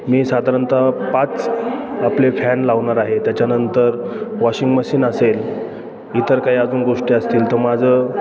मी साधारणतः पाच आपले फॅन लावणार आहे त्याच्यानंतर वॉशिंग मशीन असेल इतर काही अजून गोष्टी असतील तर माझं